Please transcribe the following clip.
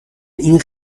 این